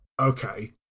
Okay